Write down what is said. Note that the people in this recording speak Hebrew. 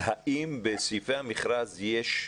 אם יש בעיה,